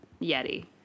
Yeti